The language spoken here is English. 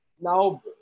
now